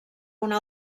una